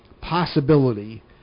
possibility